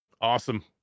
awesome